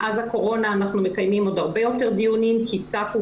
מאז הקורונה אנחנו מקיימים עוד הרבה יותר דיונים כי צפו